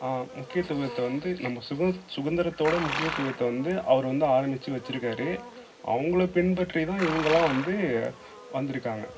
முக்கியத்துவத்தை வந்து நம்ம சுதந்திர சுதந்திரத்தோட முக்கியத்துவத்தை வந்து அவர் வந்து ஆரமிச்சு வச்சுருக்காரு அவங்கள பின்பற்றி தான் இவங்கெல்லாம் வந்து வந்திருக்காங்க